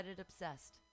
obsessed